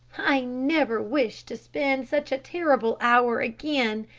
i never wish to spend such a terrible hour again.